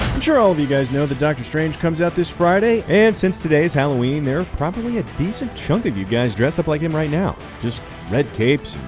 sure all of you guys know that doctor strange comes out this friday. and since today's halloween, there is probably a decent chunk of you guys dressed up like him right now, just red capes,